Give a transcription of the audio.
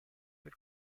per